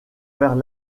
vers